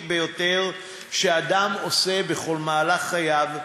ביותר שאדם עושה בכל מהלך חייו,